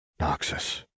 Noxus